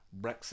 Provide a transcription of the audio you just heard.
Brexit